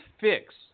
fix